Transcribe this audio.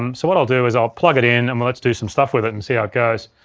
um so what i'll do is i'll plug it in and let's do some stuff with it and see how it goes.